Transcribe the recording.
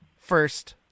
first